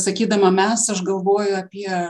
sakydama mes aš galvoju apie